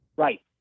Right